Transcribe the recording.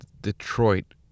Detroit